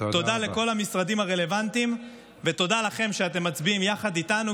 תודה לכל המשרדים הרלוונטיים ותודה לכם שאתם מצביעים יחד איתנו,